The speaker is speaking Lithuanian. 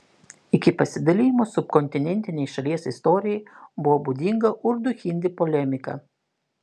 iki pasidalijimo subkontinentinei šalies istorijai buvo būdinga urdu hindi polemika